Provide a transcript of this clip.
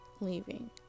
leaving